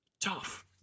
Tough